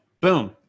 boom